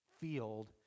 field